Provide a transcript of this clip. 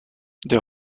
der